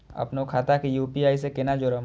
अपनो खाता के यू.पी.आई से केना जोरम?